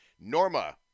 Norma